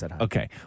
okay